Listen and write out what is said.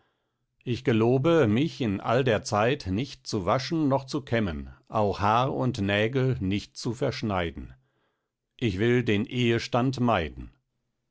ich gelobe mich in all der zeit nicht zu waschen noch zu kämmen auch haar und nägel nicht zu verschneiden ich will den ehestand meiden